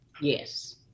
Yes